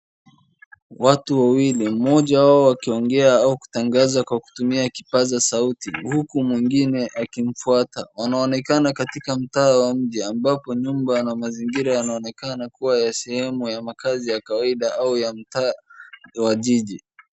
Watu wawili moja wao akiongea au kutangaza kwa kutumia kipasa sauti huku mwingine akimfuata, wanaonekana katika mtaa wa nje ambapo nyumba na mazingira wanaonekana kuwa ya sehemu ya makazi ya kawaida au ya mtaa ya jiji.